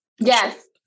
Yes